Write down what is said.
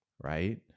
right